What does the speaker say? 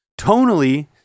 Tonally